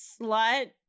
slut